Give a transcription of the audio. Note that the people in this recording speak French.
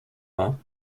vingts